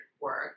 work